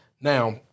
Now